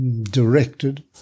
directed